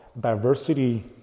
diversity